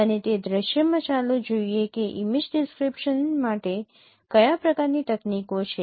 અને તે દૃશ્યમાં ચાલો જોઈએ કે ઇમેજ ડિસક્રીપશન માટે કયા પ્રકારની તકનીકો છે